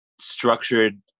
structured